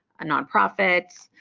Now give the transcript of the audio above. a non-profit,